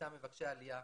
לאותם מבקשי עלייה